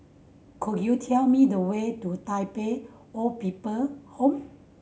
could you tell me the way to Tai Pei Old People Home